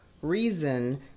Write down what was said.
Reason